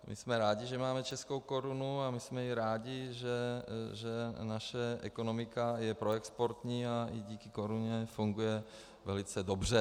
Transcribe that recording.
My jsme rádi, že máme českou korunu, my jsme rádi, že naše ekonomika je proexportní a díky koruně funguje velice dobře.